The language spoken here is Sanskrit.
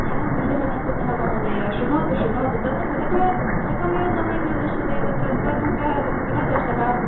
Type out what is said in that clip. एवं भङ्गः न कृतः महोदय श्रुणोतु श्रुणोतु तत्र फलकं फलकमेव सम्यक् न दृश्यते तत्र अस्माकं कः द् कः दोषः